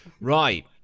right